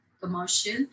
commercial